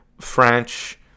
French